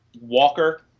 Walker